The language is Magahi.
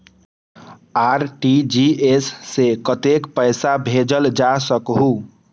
आर.टी.जी.एस से कतेक पैसा भेजल जा सकहु???